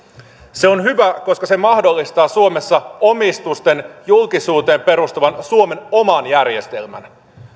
se on hyvä koska se mahdollistaa suomessa omistusten julkisuuteen perustuvan suomen oman järjestelmän